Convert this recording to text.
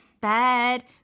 bad